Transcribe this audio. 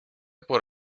por